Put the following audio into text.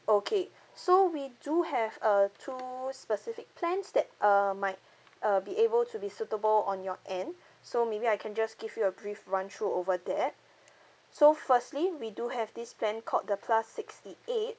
okay so we do have uh two specific plans that err might uh be able to be suitable on your end so maybe I can just give you a brief run through over that so firstly we do have this plan called the plus sixty eight